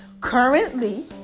currently